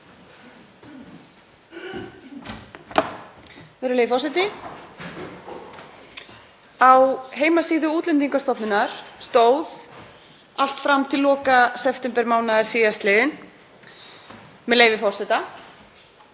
Virðulegur forseti. Á heimasíðu Útlendingastofnunar stóð allt fram til loka septembermánaðar síðastliðins, með leyfi forseta: